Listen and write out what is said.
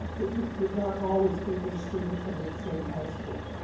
it would not always be a student from the same high school.